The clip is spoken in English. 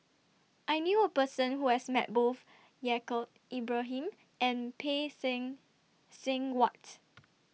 I knew A Person Who has Met Both Yaacob Ibrahim and Phay Seng Seng Whatt